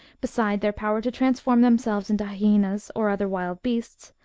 beside their power to transform themselves into hyaenas or other wild beasts,